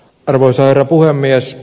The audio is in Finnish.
arvoisa herra puhemies